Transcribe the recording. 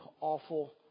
awful